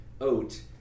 oat